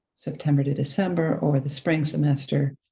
september to december, over the spring semester,